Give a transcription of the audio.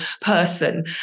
person